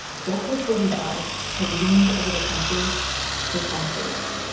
just as bolivar's has loomed over the country for centuries